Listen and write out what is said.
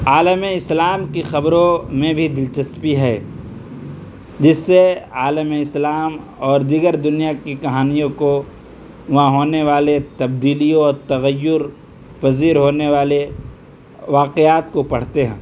عالمِ اسلام کی خبروں میں بھی دلچسپی ہے جس سے عالمِ اسلام اور دیگر دنیا کی کہانیوں کو وہاں ہونے والے تبدیلی و تغیرپذیر ہونے والے واقعات کو پڑھتے ہیں